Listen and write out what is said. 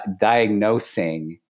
diagnosing